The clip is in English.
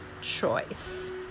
choice